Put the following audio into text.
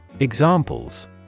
Examples